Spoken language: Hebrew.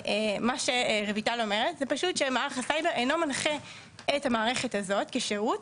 מה שרויטל אומרת זה פשוט שמערך הסייבר אינו מנחה את המערכת הזאת כשירות,